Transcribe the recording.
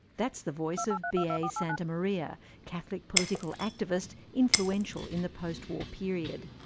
that's the voice of b. a. santamaria, catholic political activist influential in the post-war period.